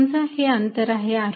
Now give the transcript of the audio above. समजा हे अंतर आहे r1